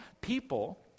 people